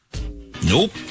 Nope